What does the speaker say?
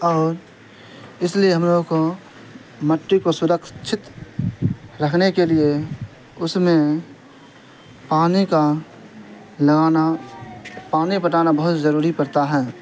اور اس لیے ہم لوگوں کو مٹی کو سرکچھت رکھنے کے لیے اس میں پانی کا لگانا پانی پٹانا بہت ضروری پڑتا ہے